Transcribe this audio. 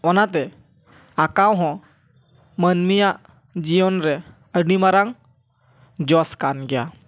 ᱚᱱᱟᱛᱮ ᱟᱸᱠᱟᱣ ᱦᱚᱸ ᱢᱟᱹᱱᱢᱤᱭᱟᱜ ᱡᱤᱭᱚᱱ ᱨᱮ ᱟᱹᱰᱤ ᱢᱟᱨᱟᱝ ᱡᱚᱥ ᱠᱟᱱ ᱜᱮᱭᱟ